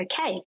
Okay